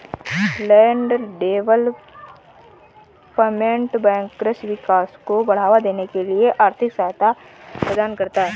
land development bank कृषि विकास को बढ़ावा देने के लिए आर्थिक सहायता प्रदान करता है